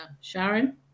Sharon